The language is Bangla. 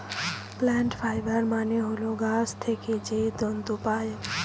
প্লান্ট ফাইবার মানে হল গাছ থেকে যে তন্তু পায়